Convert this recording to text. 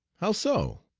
how so?